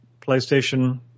PlayStation